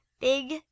big